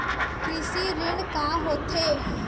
कृषि ऋण का होथे?